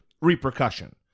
Repercussion